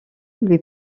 lui